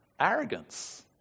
arrogance